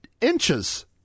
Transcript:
inches